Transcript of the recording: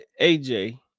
AJ